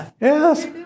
Yes